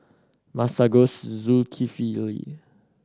Masagos Zulkifli